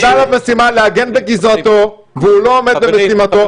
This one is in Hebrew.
משימה להגן בגזרתו והוא לא עומד במשימתו.